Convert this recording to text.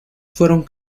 fueron